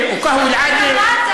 קפה רגיל?